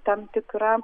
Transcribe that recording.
tam tikra